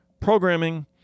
programming